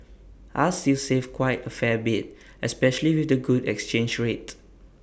I'll still save quite A fair bit especially with the good exchange rate